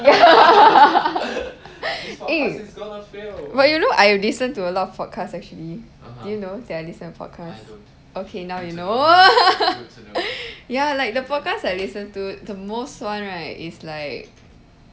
eh but you know I listen to a lot of podcast actually do you know that I listen podcast okay now you know ya like the podcast I listen to the most one right is like